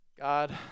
God